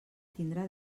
tindrà